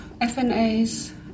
FNAs